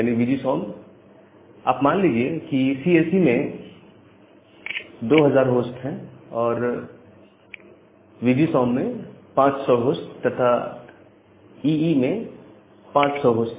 आप कल्पना कीजिए कि सीएसई में 2000 होस्ट है B G S O M में 500 होस्ट हैं तथा ईई में 500 होस्ट हैं